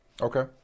Okay